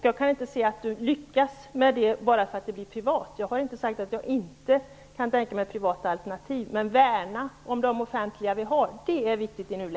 Jag kan inte se att man lyckas med det bara för att det sker privat. Jag säger inte att jag inte kan tänka mig privata alternativ. Men det är viktigt att värna om de offentliga vi har.